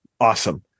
awesome